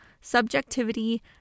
subjectivity